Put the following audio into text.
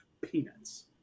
peanuts